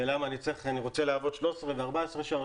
אני רוצה לעבוד 13 ו-14 שעות,